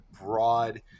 broad